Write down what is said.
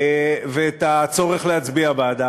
ואת הצורך להצביע בעדה.